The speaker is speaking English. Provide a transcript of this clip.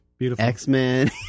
x-men